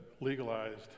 legalized